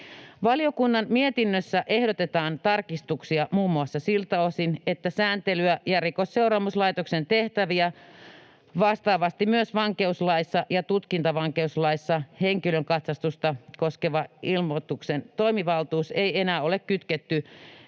Valiokunnan mietinnössä ehdotetaan tarkistuksia muun muassa siltä osin, että sääntelyä ja Rikosseuraamuslaitoksen tehtäviä vastaavasti myös vankeuslaissa ja tutkintavankeuslaissa henkilön katsastusta koskeva ilmoituksen toimivaltuus ei enää ole kytketty